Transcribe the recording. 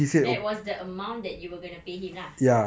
that was the amount that you were gonna pay him lah